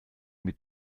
mit